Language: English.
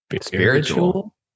spiritual